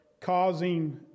causing